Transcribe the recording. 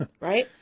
right